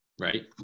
Right